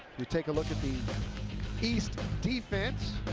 we take a look at the east defense,